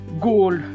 Gold